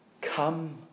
Come